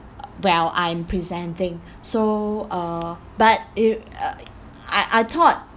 while I'm presenting so uh but it uh I I thought